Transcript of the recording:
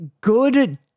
good